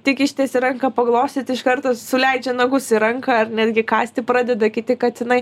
tik ištiesi ranką paglostyti iš karto suleidžia nagus į ranką ar netgi kąsti pradeda kiti katinai